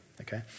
Okay